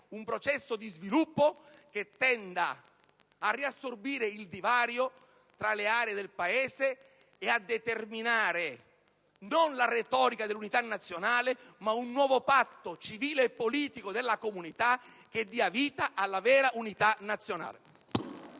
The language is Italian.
un processo di sviluppo che tenda a riassorbire il divario tra le diverse aree e a determinare, non già la retorica dell'unità nazionale, ma un nuovo patto civile e politico della comunità, che dia vita alla vera comunità nazionale.